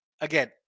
Again